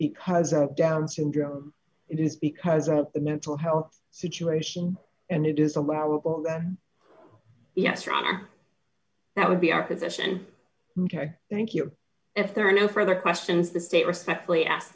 because of down's syndrome it is because of the mental health situation and it is allowable yes rather that would be our position ok thank you if there are no further questions the state respectfully ask